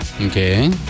Okay